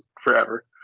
forever